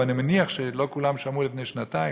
אבל אני מניח שלא כולם שמעו לפני שנתיים: